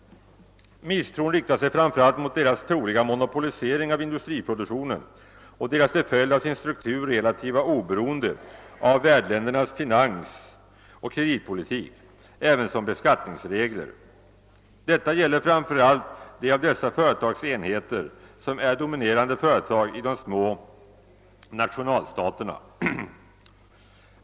Misstron riktar sig framför allt mot deras troliga monopolisering av industriproduktionen och deras till följd av sin struktur relativa oberoende av värdländernas finansoch kreditpolitik ävensom beskattningsregler. Detta gäller framför allt de av dessa företags enheter, som är dominerande företag i de små nationalstaterna.